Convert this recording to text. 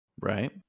Right